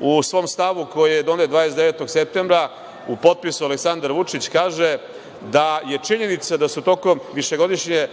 u svom stavu, koji je donet 29. septembra, u potpisu Aleksandar Vučić, kaže da je činjenica da su tokom višegodišnje